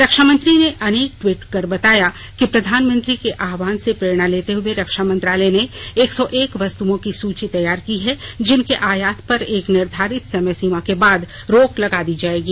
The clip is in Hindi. रक्षामंत्री ने अनेक ट्वीट कर बताया कि प्रधानमंत्री के आह्वान से प्रेरणा लेते हुए रक्षा मंत्रालय ने एक सौ एक वस्तुओं की सूची तैयार की हैं जिनके आयात पर एक निर्धारित समय सीमा के बाद रोक लगा दी जाएगी